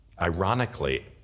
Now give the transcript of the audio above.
ironically